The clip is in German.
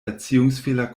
erziehungsfehler